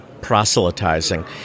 proselytizing